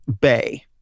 bay